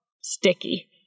sticky